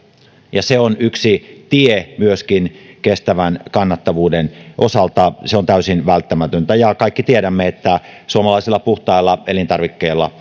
ja myöskin se on yksi tie kestävän kannattavuuden osalta se on täysin välttämätöntä ja kaikki tiedämme että suomalaisilla puhtailla elintarvikkeilla